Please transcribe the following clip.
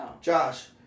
Josh